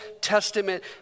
Testament